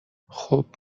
خوب